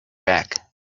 back